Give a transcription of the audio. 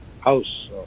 house